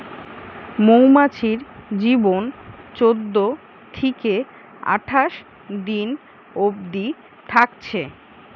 মৌমাছির জীবন চোদ্দ থিকে আঠাশ দিন অবদি থাকছে